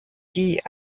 die